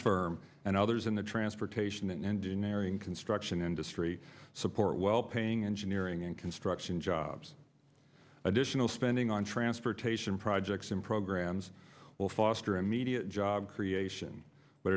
firm and others in the transportation and been airing construction industry support well paying engineering and construction jobs additional spending on transportation projects and programs will foster immediate job creation but